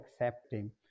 accepting